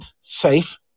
safe